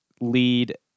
lead